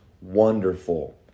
wonderful